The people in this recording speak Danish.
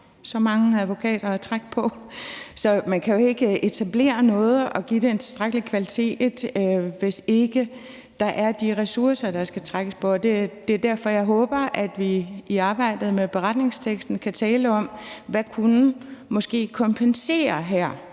så mange advokater at trække på. Man kan jo ikke etablere noget og give det en tilstrækkelig kvalitet, hvis der ikke er de ressourcer, som der skal trækkes på. Det er derfor, at jeg håber, at vi i arbejdet med beretningsteksten kan tale om, hvad der kunne kompensere for